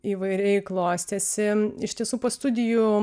įvairiai klostėsi iš tiesų po studijų